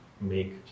make